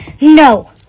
No